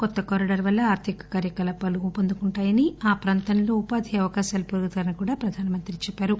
కొత్త కారిడార్ వల్ల ఆర్థిక కార్యకలాపాలు ఉపందుకుంటాయని ఆ ప్రాంతంలో ఉపాధి అవకాశాలు పెరుగుతాయని కూడా ప్రధాన మంత్రి చెప్పారు